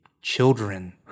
children